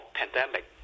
pandemic